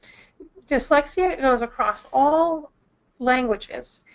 dyslexia goes across all languages,